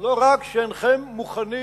לא רק שאינכם מוכנים